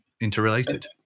Interrelated